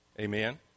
Amen